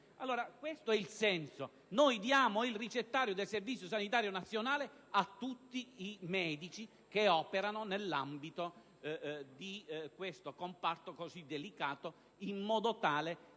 e diffusissimo. Noi diamo il ricettario del Servizio sanitario nazionale a tutti i medici che operano nell'ambito di questo comparto così delicato, in modo tale che